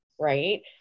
right